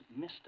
Mr